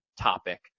topic